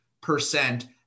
percent